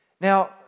Now